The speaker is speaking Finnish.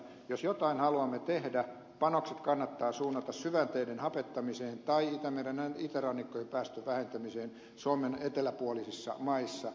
jos jotain haluamme tehdä panokset kannattaa suunnata syvänteiden hapettamiseen tai itämeren itärannikon päästöjen vähentämiseen suomen eteläpuolisissa maissa